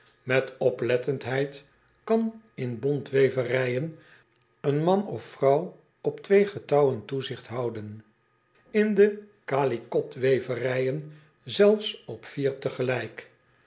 et oplettendheid kan in de bontweverijen een man of vrouw op twee getouwen toezigt houden in de calicot weverijen zelfs op